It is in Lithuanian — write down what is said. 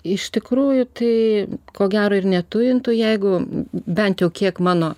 iš tikrųjų tai ko gero ir netujintų jeigu bent jau kiek mano